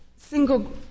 single